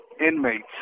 inmates